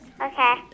Okay